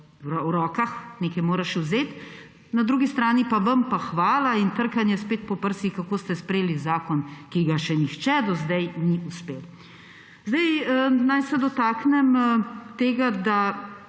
v rokah, nekje moraš vzeti; na drugi strani pa vam hvala in trkanje spet po prsih, kako ste sprejeli zakon, ki ga še nihče do zdaj ni uspel. Zdaj naj se dotaknem tega, da